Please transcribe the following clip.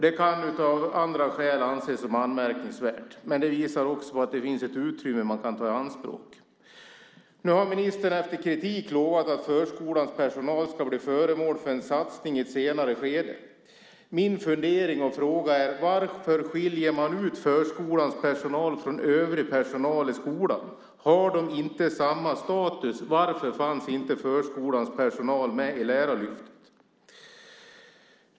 Det kan anses som anmärkningsvärt av andra skäl, men det visar också att det finns ett utrymme som man kan ta i anspråk. Nu har ministern efter kritik lovat att förskolans personal ska bli föremål för en satsning i ett senare skede. Min fundering och fråga är: Varför skiljer man ut förskolans personal från övrig personal i skolan? Har de inte samma status? Varför fanns inte förskolans personal med i Lärarlyftet?